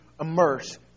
immerse